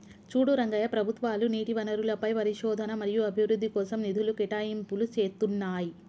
చూడు రంగయ్య ప్రభుత్వాలు నీటి వనరులపై పరిశోధన మరియు అభివృద్ధి కోసం నిధులు కేటాయింపులు చేతున్నాయి